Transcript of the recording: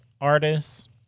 artists